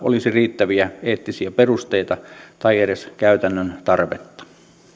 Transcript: olisi riittäviä eettisiä perusteita tai edes käytännön tarvetta